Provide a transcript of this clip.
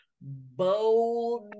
Bold